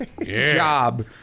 Job